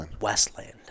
Westland